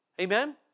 Amen